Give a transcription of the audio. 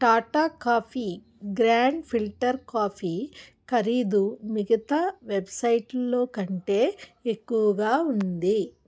Tata coffee grand filter coffee ఖరీదు మిగతా వెబ్సైటుల్లో కంటే ఎక్కువగా ఉంది